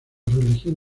religión